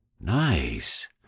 Nice